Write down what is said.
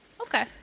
Okay